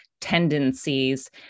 tendencies